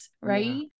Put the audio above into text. right